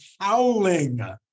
howling